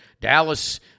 Dallas